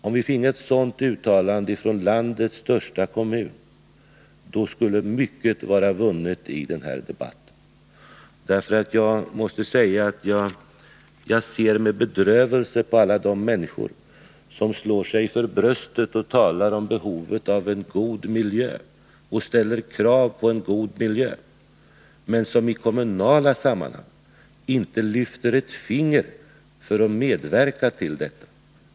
Om vi finge ett sådant uttalande från landets största kommun skulle mycket vara vunnet i den här debatten. Jag ser med bedrövelse på alla de människor som slår sig för bröstet och talar om behovet av en god miljö — ja, ställer krav på en god miljö — men som i kommunala sammanhang inte lyfter ett finger för att medverka till en sådan.